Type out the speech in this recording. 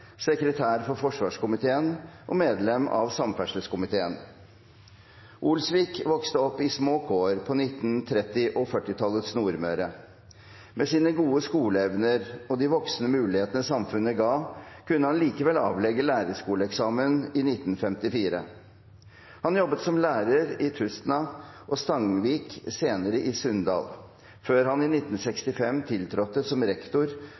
sekretær for forsvarskomiteen og medlem av samferdselskomiteen. Olsvik vokste opp i små kår på 1930- og 1940-tallets Nordmøre. Med sine gode skoleevner og de voksende mulighetene samfunnet ga, kunne han likevel avlegge lærerskoleeksamen i 1954. Han jobbet som lærer i Tustna og Stangvik, senere i Sunndal, før han i 1965 tiltrådte som rektor